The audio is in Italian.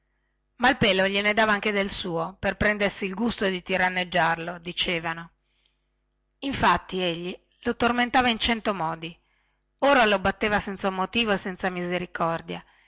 buscava e malpelo gliene dava anche del suo per prendersi il gusto di tiranneggiarlo dicevano infatti egli lo tormentava in cento modi ora lo batteva senza un motivo e senza misericordia